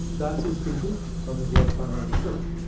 that's his conclusion from his lifetime of research.